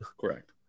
Correct